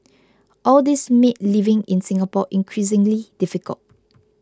all these made living in Singapore increasingly difficult